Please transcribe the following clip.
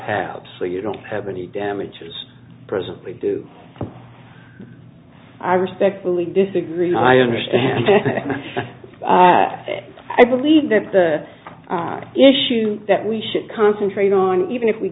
have so you don't have any damages presently do i respectfully disagree i understand that i believe that the issue that we should concentrate on even if we